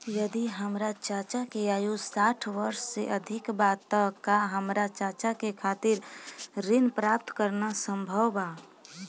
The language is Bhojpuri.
यदि हमार चाचा के आयु साठ वर्ष से अधिक बा त का हमार चाचा के खातिर ऋण प्राप्त करना संभव बा?